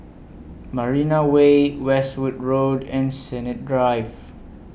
Marina Way Westwood Road and Sennett Drive